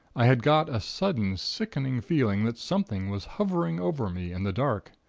i had got a sudden sickening feeling that something was hovering over me in the dark.